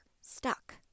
stuck